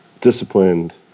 disciplined